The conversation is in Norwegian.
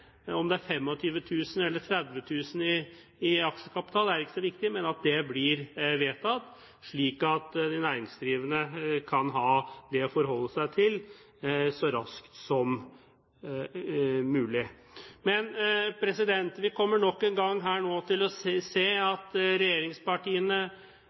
om det er 25 000 eller 30 000 kr i aksjekapital er ikke så viktig – blir vedtatt, slik at de næringsdrivende kan ha det å forholde seg til så raskt som mulig. Men vi vil nok en gang her nå få se